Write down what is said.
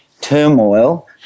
turmoil